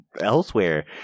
elsewhere